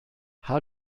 how